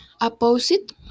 opposite